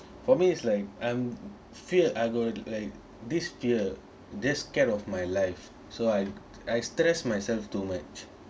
for me it's like I'm feared I got like this year the scare of my life so I stressed myself too much